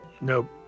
Nope